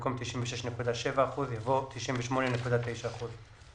במקום "96.7 אחוזים" יבוא "98.9 אחוזים".